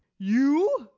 you!